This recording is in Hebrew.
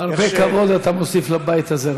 הרבה כבוד אתה מוסיף לבית הזה,